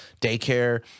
daycare